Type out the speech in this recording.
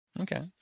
Okay